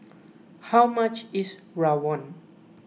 how much is Rawon